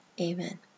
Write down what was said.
Amen